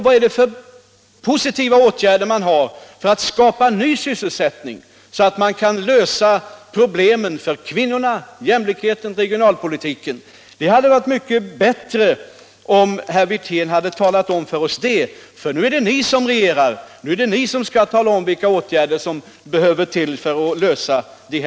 Vad är det för positiva åtgärder man tänker vidta för att skapa ny sysselsättning så att man kan lösa problemen för kvinnorna, jämlikhetsproblemen och de regionalpolitiska problemen? Det hade varit mycket bättre om herr Wirtén hade talat om det för oss. Nu är det ni som regerar, nu är det ni som har att tala om vilka åtgärder som skall till för att lösa problemen!